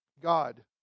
God